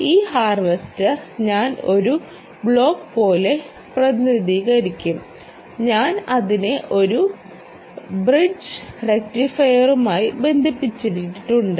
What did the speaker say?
ഈ ഹാർവെസ്റ്റർ ഞാൻ ഒരു ബ്ലോക്ക് പോലെ പ്രതിനിധീകരിക്കും ഞാൻ അതിനെ ഒരു ബ്രിഡ്ജ് റക്റ്റിഫയറുമായി ബന്ധിപ്പിക്കേണ്ടതുണ്ട്